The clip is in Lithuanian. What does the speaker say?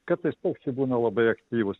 kartais paukščiai būna labai aktyvūs